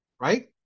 right